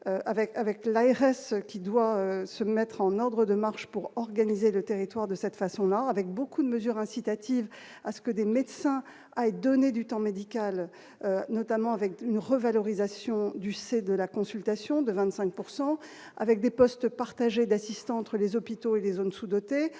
avec la RS, qui doit se mettre en ordre de marche pour organiser le territoire de cette façon-là avec beaucoup de mesures incitatives à ce que des médecins a et donné du temps médical, notamment avec une revalorisation du C de la consultation de 25 pourcent avec des postes partagés d'assistants entre les hôpitaux et des zones sous-dotées